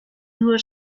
nur